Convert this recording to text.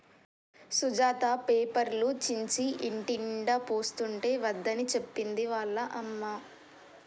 సుజాత పేపర్లు చించి ఇంటినిండా పోస్తుంటే వద్దని చెప్పింది వాళ్ళ అమ్మ